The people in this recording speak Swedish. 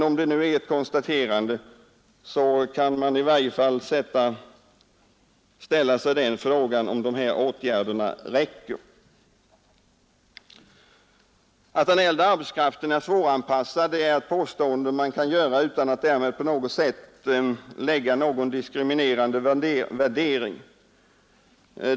Om detta konstaterande är riktigt kan man ställa sig frågan om dessa åtgärder räcker. Att den äldre arbetskraften är svåranpassad är ett påstående man kan göra utan någon diskriminerande värdering.